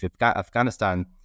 Afghanistan